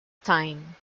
time